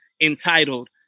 entitled